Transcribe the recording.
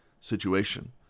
situation